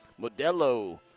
Modelo